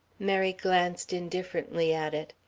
mary glanced indifferently at it.